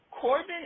Corbin